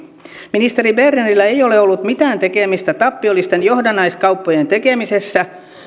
ministeri bernerillä ei ole ollut mitään tekemistä tappiollisten johdannaiskauppojen tekemisessä